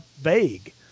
vague